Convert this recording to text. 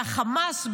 שהחמאס,